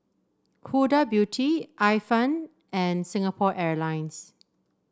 Huda Beauty Ifan and Singapore Airlines